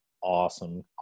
awesome